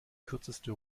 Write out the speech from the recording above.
kürzeste